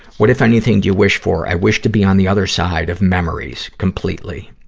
what, if anything, do you wish for? i wish to be on the other side of memories, completely.